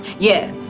yeah,